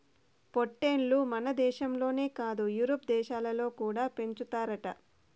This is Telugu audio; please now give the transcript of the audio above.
పొట్టేల్లు మనదేశంలోనే కాదు యూరోప్ దేశాలలో కూడా పెంచుతారట